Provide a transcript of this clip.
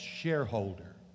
shareholder